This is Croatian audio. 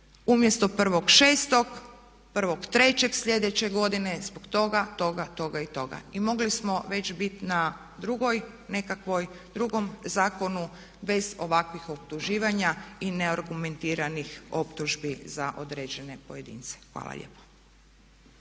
smo reći umjesto 1.6., 1.3. sljedeće godine, zbog toga, toga, toga i toga. I mogli smo već bit na drugoj nekakvoj, nekakvom drugom zakonu bez ovakvih optuživanja i neargumentiranih optužbi za određenje pojedince. Hvala lijepo.